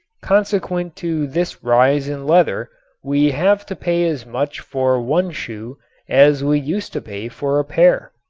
consequent to this rise in leather we have to pay as much for one shoe as we used to pay for a pair.